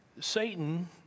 satan